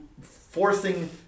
forcing